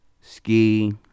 Ski